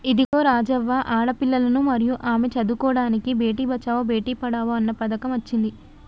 ఇదిగో రాజవ్వ ఆడపిల్లలను మరియు ఆమె చదువుకోడానికి బేటి బచావో బేటి పడావో అన్న పథకం అచ్చింది